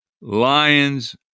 lions